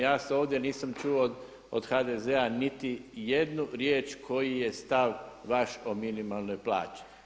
Ja ovdje nisam čuo od HDZ-a niti jednu riječ koji je stav vaš o minimalnoj plaći.